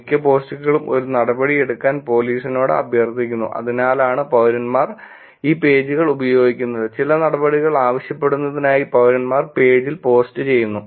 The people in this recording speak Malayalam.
മിക്ക പോസ്റ്റുകളും ഒരു നടപടിയെടുക്കാൻ പോലീസിനോട് അഭ്യർത്ഥിക്കുന്നു അതിനാലാണ് പൌരന്മാർ ഈ പേജുകൾ ഉപയോഗിക്കുന്നത് ചില നടപടികൾ ആവശ്യപ്പെടുന്നതിനായി പൌരന്മാർ പേജിൽ പോസ്റ്റ് ചെയ്യുന്നു